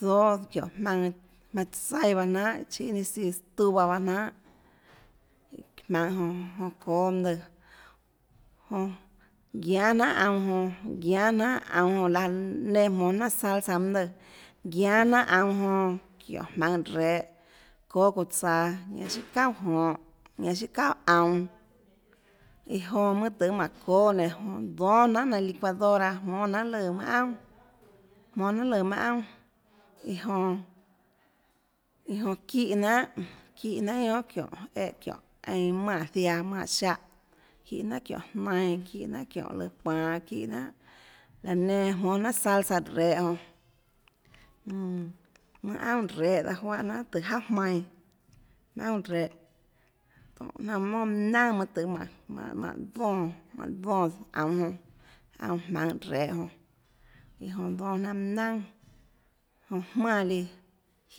Zóâ çiónhå jmaønã tsaíã bahâ jnanhà chíâ ninâ søã estufa baâ jnanhà jmaønhå jonã jonã çóâ mønâ lùã jonã guianê jnanhà aunå jonã guianê jnanhà aunå jonã lahâ laã nenã jmónâ jnanhà salsa mønâ lùã guianê jnanhà aunå jonã çiónhå jmaønhå rehå çóâ çounã tsaå chiâ çauà jonhå ñanã chiâ çauà aunå iå jonã mønâ tøhê mánhå çóâ nénå dónâ jnanhà nainhå licuadora jmónâ jnanhà lùã mønâ aunà jmónâ jnanhà lùã mønâ aunà iã jonã iã jonã çíhã jnanhà çíhã jnanhà guiónà çiónhå eã çiónhå einã manè ziaã manè ziáhã çíhã jnanhà çiónhå jnainã çíhã jnanhà çiónhålùã panå çíhã jnanhà laã nenã jmónâ jnanhà salsa rehå jonã mmm mønâ aunà rehå daã juáhã jnanhà tùhå jauà jmainå mønâ aunà rehå tónhå jnanhà monà mønâ naønà mønâ tøhê mánhå mánhå donè mánhå donè aunå jonã aunå jmaønhå rehå jonã iã jonã dónâ jnanhà mønâ naønà jonã jmánã líã jiáâ manã jouã mønâ tøhê çaã tóhã mønâ naønà tøhê tóhã siâ çauà aunå siâ çauà jonhå jiáâ manã jouã taã tiánã laå nenã bahâ jmónâ jnanhà jmaønhå rehå jonã laå nenã bahâ jmónâ jnanhà iã jonã laå nenã lùã tùhå joà guiohà guionhà mønâ aunà guiohà aunå rehå guiohà mexico ñanã guiohà iâ jouà manâ jahà laã